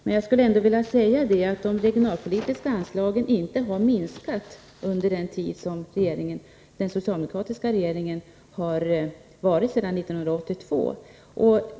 Men jag skulle ändå vilja säga: Det regionalpolitiska anslaget har inte minskat under den socialdemokratiska regeringens tid, sedan 1982.